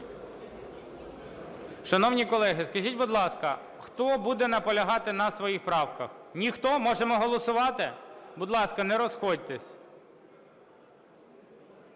Шановні колеги, скажіть, будь ласка, хто буде наполягати на своїх правка? Ніхто? Можемо голосувати. Будь ласка, не розходьтесь.